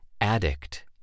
addict